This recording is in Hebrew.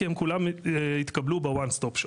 כי הם כולם התקבלו ב-"one stop shop".